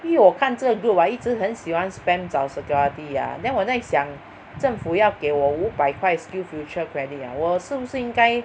依我看这个 group ha 一直很喜欢 spam 找 security ah then 我在想政府要给我五百块 SkillsFuture credit 我是不是应该